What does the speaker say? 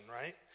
right